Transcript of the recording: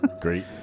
great